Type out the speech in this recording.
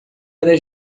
era